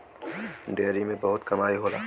dairy में बहुत कमाई होला